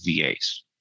VAs